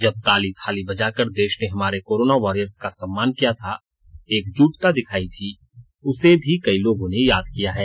जब ताली थाली बजाकर देश ने हमारे कोरोना वारियर्स का सम्मान किया था एकजुटता दिखायी थी उसे भी कई लोगों ने याद किया है